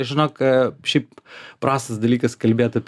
žinok šiaip prastas dalykas kalbėt apie